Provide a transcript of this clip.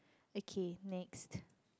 okay next